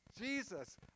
Jesus